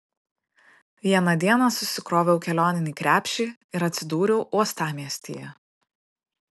vieną dieną susikroviau kelioninį krepšį ir atsidūriau uostamiestyje